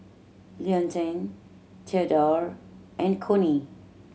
Leontine Theodore and Connie